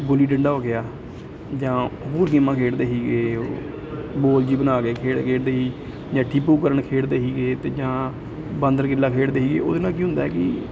ਗੁੱਲੀ ਡੰਡਾ ਹੋ ਗਿਆ ਜਾਂ ਹੋਰ ਗੇਮਾਂ ਖੇਡਦੇ ਸੀਗੇ ਉਹ ਬੋਲ ਜਿਹੀ ਬਣਾ ਕੇ ਖੇਡ ਖੇਡਦੇ ਸੀ ਜਾਂ ਟੀਪੂ ਕਰਨ ਖੇਡਦੇ ਸੀਗੇ ਅਤੇ ਜਾਂ ਬਾਂਦਰ ਕਿੱਲਾ ਖੇਡਦੇ ਸੀ ਉਹਦੇ ਨਾਲ ਕੀ ਹੁੰਦਾ ਸੀ ਕਿ